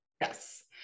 Yes